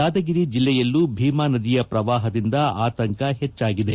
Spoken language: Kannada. ಯಾದಗಿರಿ ಜಿಲ್ಲೆಯಲ್ಲೂ ಭೀಮಾ ನದಿಯ ಪ್ರವಾಹದಿಂದ ಆತಂಕ ಹೆಚ್ಚಾಗಿದೆ